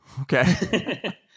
Okay